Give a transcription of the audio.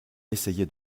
essayait